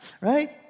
Right